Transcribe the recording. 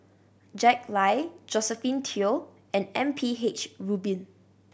Jack Lai Josephine Teo and M P H Rubin